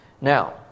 Now